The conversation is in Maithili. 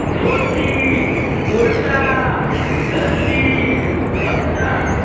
सब पण्डीजीके धोती कुर्ता गंजी गमछा